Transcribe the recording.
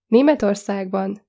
Németországban